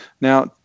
Now